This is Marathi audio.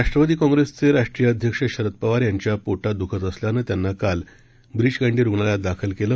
राष्ट्रवादी काँग्रेसचे राष्ट्रीय अध्यक्ष शरद पवार यांच्या पोटात दुखत असल्यानं त्यांना काल ब्रीच कँडी रुग्णालयात दाखल करण्यात आलं